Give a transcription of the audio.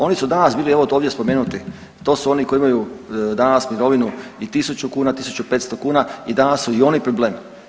Oni su danas bili evo ovdje spomenuti, to su oni koji imaju danas mirovinu i 1.000 kuna, 1.500 kuna i danas su i oni problem.